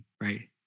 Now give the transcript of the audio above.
right